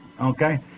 Okay